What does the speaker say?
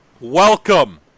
Welcome